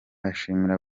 ashimira